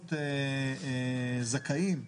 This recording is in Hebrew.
כמות זכאים,